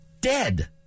dead